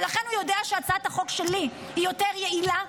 ולכן הוא יודע שהצעת החוק שלי היא יותר יעילה,